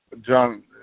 John